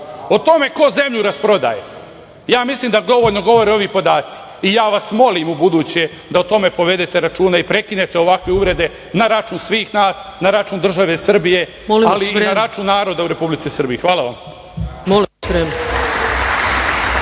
tome ko zemlju rasprodaje mislim da dovoljno govore ovi podaci i ja vas molim u buduće da o tome povedete računa i prekinete ovakve uvrede na račun svih nas, na račun države Srbije, ali i na račun naroda u Republici Srbiji. Hvala vam.